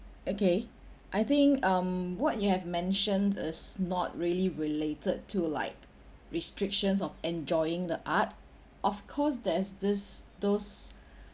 okay I think um what you have mentioned is not really related to like restrictions of enjoying the art of course there's this those